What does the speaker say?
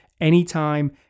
anytime